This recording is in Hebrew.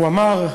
הוא אמר: